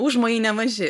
užmojai nemaži